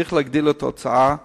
צריך להגדיל את ההוצאה בזה,